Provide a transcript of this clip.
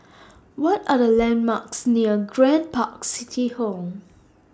What Are The landmarks near Grand Park City Hall